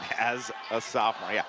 as a sophomore, yeah